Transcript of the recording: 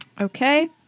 Okay